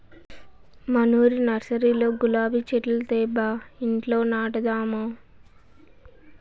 మనూరి నర్సరీలో గులాబీ చెట్లు తేబ్బా ఇంట్ల నాటదాము